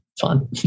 fun